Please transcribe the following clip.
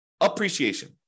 appreciation